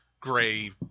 gray